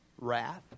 wrath